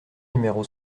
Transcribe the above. numéro